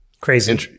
Crazy